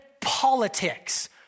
politics